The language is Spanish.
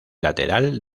lateral